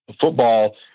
football